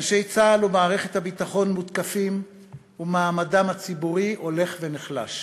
אנשי צה"ל ומערכת הביטחון מותקפים ומעמדם הציבורי הולך ונחלש.